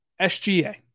SGA